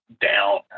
down